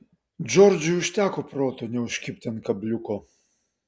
džordžui užteko proto neužkibti ant kabliuko